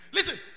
Listen